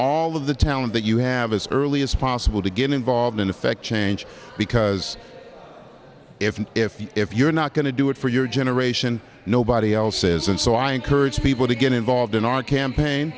all of the talent that you have as early as possible to get involved in effect change because if if if you're not going to do it for your generation nobody else is and so i encourage people to get involved in our campaign